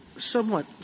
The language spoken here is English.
somewhat